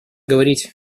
говорить